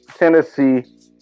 Tennessee